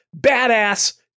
badass